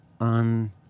on